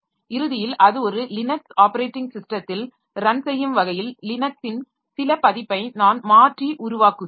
இறுதியில் அது ஒரு லினக்ஸ் ஆப்பரேட்டிங் ஸிஸ்டத்தில் ரன் செய்யும் வகையில் லினக்ஸின் சில பதிப்பை நான் மாற்றி உருவாக்குகிறேன்